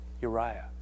Uriah